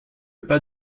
pas